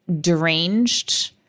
deranged